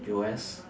U_S